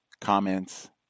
comments